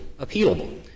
appealable